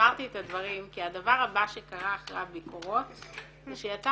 אמרתי את הדברים כי הדבר הבא שקרה אחרי הביקורות זה שיצא